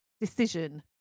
decision